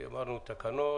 כי העברנו תקנות.